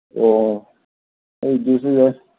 ꯑꯣ ꯑꯩꯗꯨꯁꯨ ꯌꯥꯏ